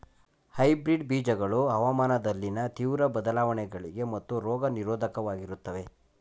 hybrid ಬೀಜಗಳು ಹವಾಮಾನದಲ್ಲಿನ ತೀವ್ರ ಬದಲಾವಣೆಗಳಿಗೆ ಮತ್ತು ರೋಗ ನಿರೋಧಕವಾಗಿರುತ್ತವೆ